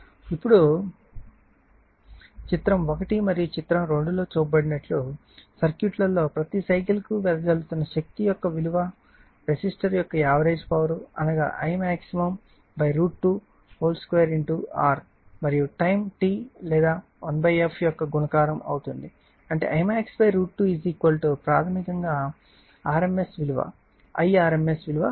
ఇప్పుడు ఇప్పుడు చిత్రం 1 మరియు చిత్రం 2 లో చూపబడిన సర్క్యూట్ల లో ప్రతి సైకిల్కు వెదజల్లుతున్న శక్తి యొక్క విలువ రెసిస్టర్ యొక్క యావరేజ్ పవర్ అనగా Imax√22 R మరియు టైం T లేదా 1f యొక్క గుణకారం అవుతుంది అంటే Imax √2 ప్రాథమికంగా rms విలువ Irms విలువ అవుతుంది